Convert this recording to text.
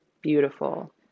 beautiful